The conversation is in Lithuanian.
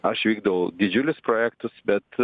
aš vykdau didžiulius projektus bet